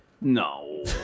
No